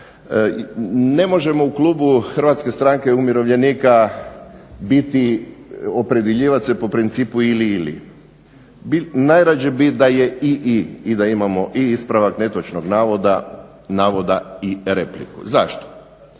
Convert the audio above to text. ne možemo u klubu Hrvatske stranke umirovljenika biti opredjeljivat se po principu ili-ili, najrađe bi da je i-i, i da imamo i ispravak netočnog navoda i repliku. Zašto?